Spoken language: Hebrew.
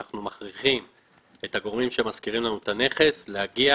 אנחנו מכריחים את הגורמים שמשכירים לנו את הנכס להגיע